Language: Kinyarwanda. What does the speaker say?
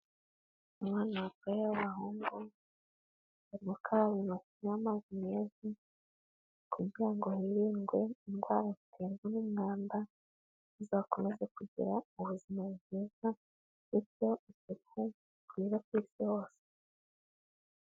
abana batoya b'abahungu bari gukaraba intoki n'amazi meza kugira ngo hirindwe indwara ziterwa n'umwanda, bazakomeze kugira ubuzima bwiza bityo isuku ikwire ku isi hose.